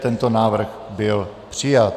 Tento návrh byl přijat.